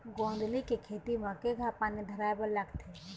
गोंदली के खेती म केघा पानी धराए बर लागथे?